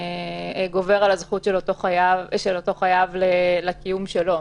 גובר על הזכות של אותו חייב לקיום שלו.